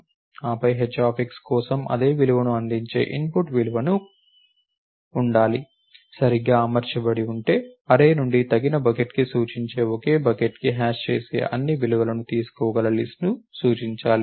ఆపై h కోసం అదే విలువను అందించే ఇన్పుట్ విలువలు ఉండాలి సరిగ్గా అమర్చబడి ఉంటే అర్రే నుండి తగిన బకెట్కు సూచిక ఒకే బకెట్కు హ్యాష్ చేసే అన్ని విలువలను తీసుకోగల లిస్ట్ ను సూచించాలి